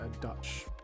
Dutch